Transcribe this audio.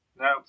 No